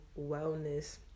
wellness